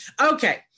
Okay